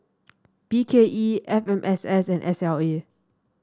B K E F M S S and S L A